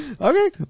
Okay